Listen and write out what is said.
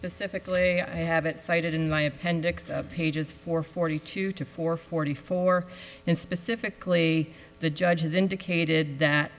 specifically i haven't cited in my appendix pages four forty two to four forty four and specifically the judge has indicated that